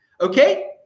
Okay